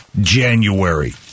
January